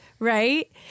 Right